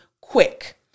quick